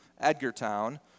Edgartown